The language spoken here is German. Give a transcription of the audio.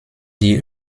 die